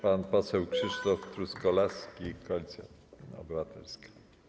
Pan poseł Krzysztof Truskolaski, Koalicja Obywatelska.